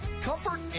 comfort